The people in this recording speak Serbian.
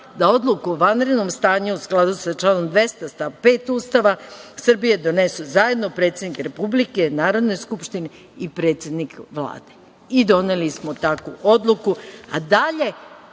da odluku o vanrednom stanju, u skladu sa članom 200. stav 5. Ustava Srbije, donesu zajedno predsednik Republike, Narodne skupštine i predsednik Vlade". I doneli smo takvu odluku.